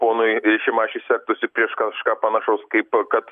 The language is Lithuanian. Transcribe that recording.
ponui šimašiui sektųsi prieš kažką panašaus kaip kad